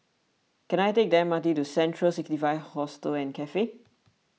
can I take the M R T to Central sixty five Hostel and Cafe